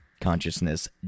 Consciousness